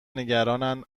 نگرانند